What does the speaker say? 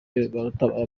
rwatubyaye